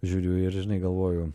žiūriu ir žinai galvoju